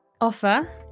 offer